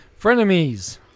frenemies